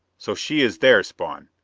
so she is there, spawn?